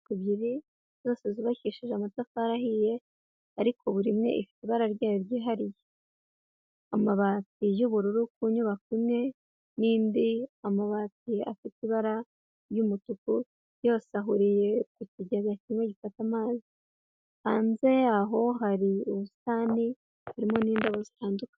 Inyubako ebyiri zose zubakishije amatafari ahiye, ariko buri mwe ifite ibara ryayo ryihariye, amabati y'ubururu ku nyubako imwe, n'indi, amabati afite ibara ry'umutuku, yose ahuriye ku kigega kimwe gifata amazi, hanze yaho hari ubusitani, harimo n'indabo zitandukanye.